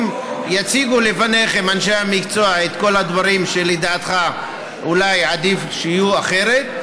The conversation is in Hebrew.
אם יציגו לפניכם אנשי המקצוע את כל הדברים שלדעתך אולי עדיף שיהיו אחרת,